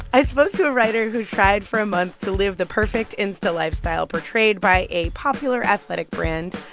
i spoke to a writer who tried for a month to live the perfect insta lifestyle portrayed by a popular athletic brand.